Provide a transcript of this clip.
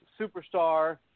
superstar